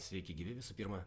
sveiki gyvi visų pirma